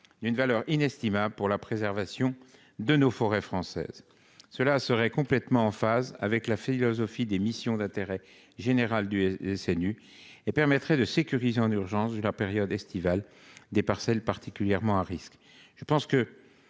d'une valeur inestimable pour la préservation de nos forêts françaises. Cela serait complètement en phase avec la philosophie des missions d'intérêt général du SNU et permettrait de sécuriser en urgence de la période estivale des parcelles particulièrement à risque,